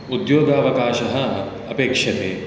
उद्योगावकाशः अपेक्षते